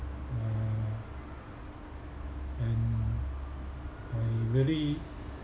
uh and I really